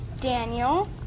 Daniel